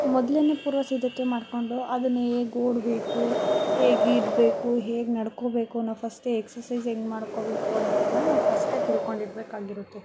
ಮೊದ್ಲೆ ಪೂರ್ವ ಸಿದ್ದತೆ ಮಾಡಿಕೊಂಡು ಅದನ್ನು ಹೇಗ್ ಓಡಬೇಕು ಹೇಗೆ ಇರಬೇಕು ಹೇಗೆ ನಡಕೋಬೇಕು ಅನ್ನೊ ಫಸ್ಟೇ ಎಕ್ಸಸೈಜ್ ಹೆಂಗೆ ಮಾಡಿಕೋಬೇಕು ಅನ್ನೋದನ್ನೆಲ್ಲ ನಾವು ಫಸ್ಟೇ ತಿಳ್ಕೊಂಡಿರಬೇಕಾಗಿರುತ್ತೆ